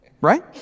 Right